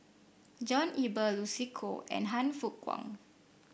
John Eber Lucy Koh and Han Fook Kwang